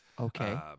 Okay